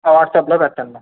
వాట్సాప్లో పెట్టండి